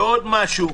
ועוד משהו.